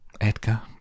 Edgar